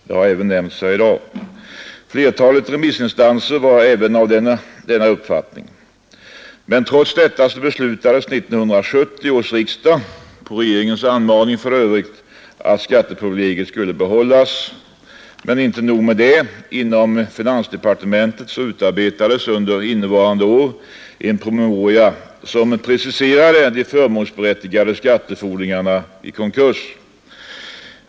Det har även nämnts här i dag. Även flertalet remissinstanser var av denna uppfattning, men trots detta beslutade 1970 års riksdag — på regeringens anmaning, för övrigt — att skatteprivilegiet skulle behållas. Men inte nog med det! Inom finansdepartementet har under innevarande år utarbetats en promemoria som preciserar de förmånsberättigade skattefordringarna vid konkurs.